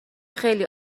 خیلی